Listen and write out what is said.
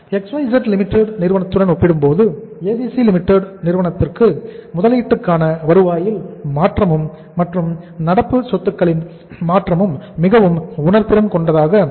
XYZ Limited நிறுவனத்துடன் ஒப்பிடும்போது ABC Limited நிறுவனத்திற்கு முதலீட்டுக்கான வருவாயில் மாற்றமும் மற்றும் நடப்பு சொத்துக்களின் மாற்றமும் மிகவும் உணர்திறன் கொண்டதாக இருக்கும்